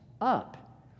up